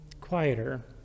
quieter